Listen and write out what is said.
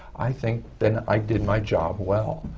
i think then i did my job well.